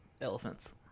Elephants